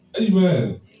amen